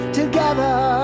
together